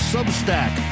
Substack